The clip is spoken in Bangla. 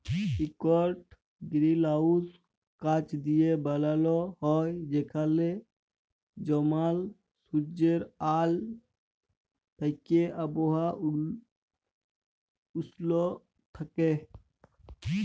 ইকট গিরিলহাউস কাঁচ দিঁয়ে বালাল হ্যয় যেখালে জমাল সুজ্জের আল থ্যাইকে আবহাওয়া উস্ল থ্যাইকে